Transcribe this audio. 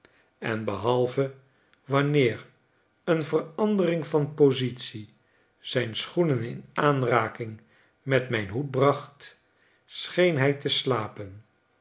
en behalve wanneer een verandering van positie zijn schoenen in aanraking met mijn hoed bracht scheen hij te slapen